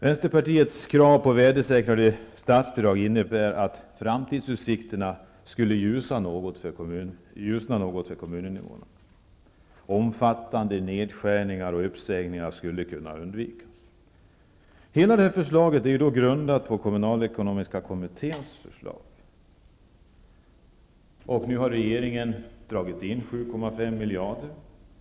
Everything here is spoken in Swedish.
Vänsterpartiets krav på värdesäkrade statsbidrag innebär att framtidsutsikterna skulle ljusna något för kommuninnevånarna. Omfattande nedskärningar och uppsägningar skulle kunna undvikas. Hela detta förslag är grundat på kommunalekonomiska kommitténs förslag. Nu föreslår regeringen en indragning på 7,5 miljarder.